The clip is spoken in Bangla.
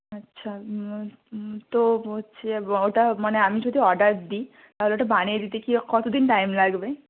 আচ্ছা তো হচ্ছে ওটা মানে আমি যদি অর্ডার দিই তাহলে ওটা বানিয়ে দিতে কীরকম কত দিন টাইম লাগবে